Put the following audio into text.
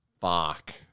Fuck